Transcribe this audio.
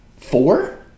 four